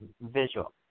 visual